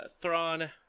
Thrawn